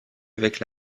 avec